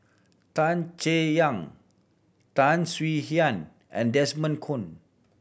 Tan Chay Yan Tan Swie Hian and Desmond Kon